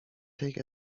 take